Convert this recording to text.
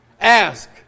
Ask